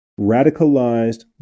radicalized